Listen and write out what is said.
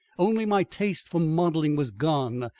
only my taste for modelling was gone.